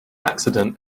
accident